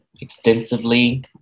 extensively